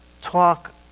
talk